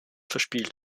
verspielt